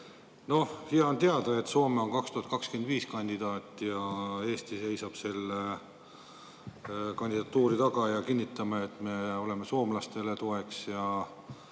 Aitäh! Hea on teada, et Soome on 2025 kandidaat. Eesti seisab selle kandidatuuri taga ja me kinnitame, et me oleme soomlastele toeks.